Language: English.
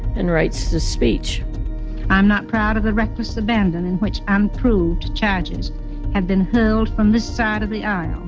and writes this speech i'm not proud of the reckless abandon in which unproved charges have been hurled from this side of the aisle.